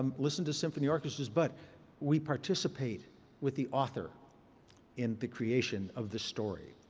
um listen to symphony orchestras. but we participate with the author in the creation of the story.